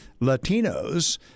Latinos